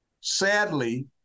sadly